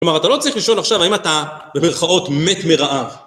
כלומר אתה לא צריך לשאול עכשיו האם אתה במרכאות מת מרעב.